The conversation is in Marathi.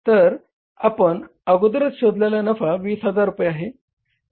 तर आपण अगोदरच शोधलेला नफा 20000 रुपये आहे